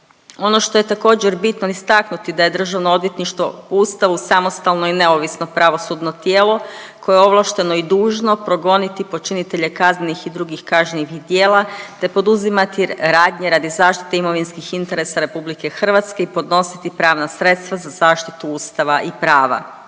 Ono što je također bitno istaknuti, da je DORH po Ustavu samostalno i neovisno pravosudno tijelo koje je ovlašteno i dužno progoniti počinitelje kaznenih i drugih kažnjivih djela te poduzimati radnje radi zaštite imovinskih interesa RH i podnositi pravna sredstva za zaštitu Ustava i prava.